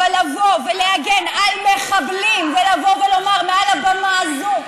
אבל לבוא ולהגן על מחבלים ולבוא ולומר מעל הבמה הזאת,